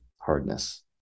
hardness